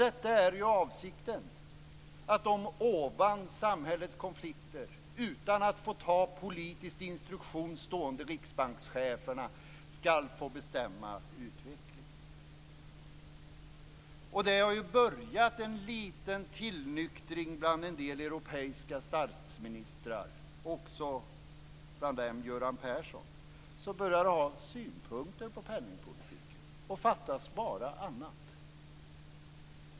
Detta är avsikten, att de ovan samhällets konflikter utan att ta politisk instruktion stående riksbankscheferna skall få bestämma utvecklingen. Det har skett en liten tillnyktring bland europeiska statsministrar, också hos Göran Persson. De har börjat ha synpunkter på penningpolitiken, och fattas bara annat.